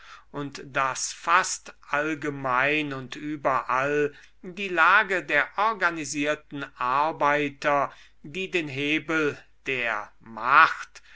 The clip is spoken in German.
und daß fast allgemein und überall die lage der organisierten arbeiter die den hebel der macht